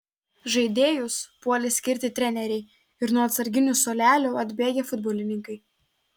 žaidėjus puolė skirti treneriai ir nuo atsarginių suolelio atbėgę futbolininkai